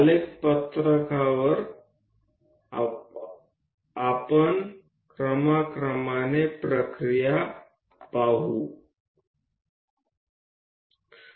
आलेख पत्रक वापरून क्रमाक्रमाने प्रक्रिया पाहूया